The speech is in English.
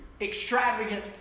extravagant